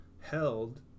held